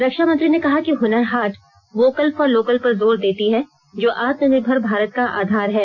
रक्षा मंत्री ने कहा कि Hunar Haat vocal for local पर जोर देती है जो आत्मननिर्भर भारत का आधार है